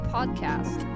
Podcast